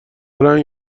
رنگ